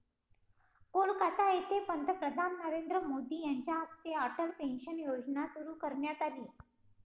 कोलकाता येथे पंतप्रधान नरेंद्र मोदी यांच्या हस्ते अटल पेन्शन योजना सुरू करण्यात आली